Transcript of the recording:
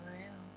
correct